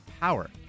power